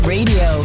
Radio